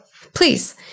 please